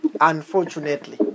Unfortunately